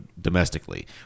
domestically